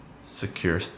Secure